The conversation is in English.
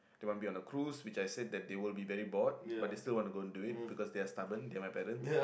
they want to be on cruise which I said that they will be very bored but they still want to go and do it because they are very stubborn they are my parents